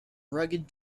rugged